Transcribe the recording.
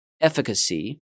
efficacy